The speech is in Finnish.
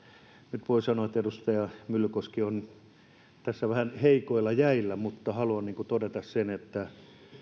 nyt voin sanoa että edustaja myllykoski on tässä vähän heikoilla jäillä mutta haluan todeta sen että